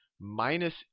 minus